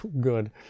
good